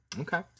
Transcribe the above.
Okay